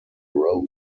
road